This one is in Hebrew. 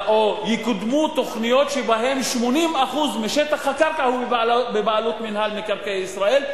יקודמו תוכניות שבהן 80% משטח הקרקע הם בבעלות מינהל מקרקעי ישראל,